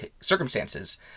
circumstances